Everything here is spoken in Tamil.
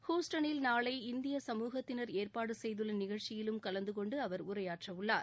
ஹூஸ்டனில் நாளை இந்திய சமூகத்தினர் ஏற்பாடு செய்துள்ள நிகழ்ச்சியிலும் கலந்து கொண்டு அவர் உரையாற்றவுள்ளார்